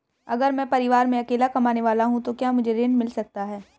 अगर मैं परिवार में अकेला कमाने वाला हूँ तो क्या मुझे ऋण मिल सकता है?